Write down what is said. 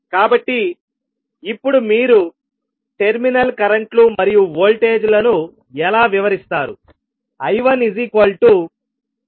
కాబట్టి ఇప్పుడు మీరు టెర్మినల్ కరెంట్ లు మరియు వోల్టేజ్ లను ఎలా వివరిస్తారు